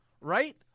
right